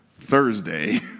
Thursday